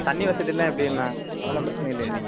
தண்ணி வசதியெல்லாம் எப்படி எல்லாம் அதெல்லாம் பிரச்சின இல்லைங்களே